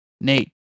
Nate